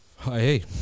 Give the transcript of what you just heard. Hey